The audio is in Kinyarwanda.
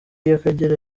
y’akagera